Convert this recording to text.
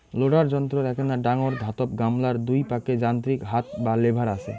loader যন্ত্রর এ্যাকনা ডাঙর ধাতব গামলার দুই পাকে যান্ত্রিক হাত বা লেভার আচে